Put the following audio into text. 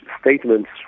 statements